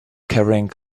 carrying